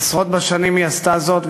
עשרות בשנים היא עשתה זאת,